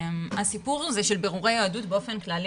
הסיפור הזה של בירורי יהדות באופן כללי,